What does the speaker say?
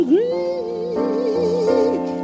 Greek